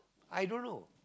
i don't know